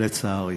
לצערי.